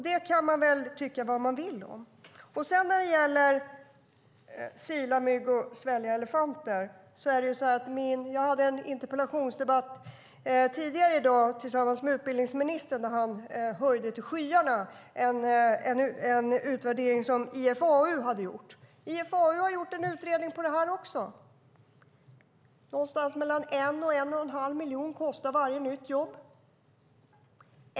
Det kan man tycka vad man vill om. När det gäller detta att sila mygg och svälja elefanter så hade jag tidigare i dag en interpellationsdebatt med utbildningsministern. Då höjde han en utvärdering som IFAU har gjort till skyarna. IFAU har gjort en utredning av detta också. Någonstans mellan en och en och en halv miljon kostar varje nytt jobb.